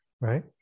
right